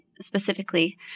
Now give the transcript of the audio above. specifically